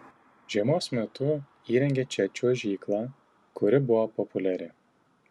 žiemos metu įrengė čia čiuožyklą kuri buvo populiari